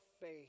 faith